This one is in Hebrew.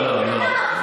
לא, לא.